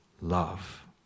love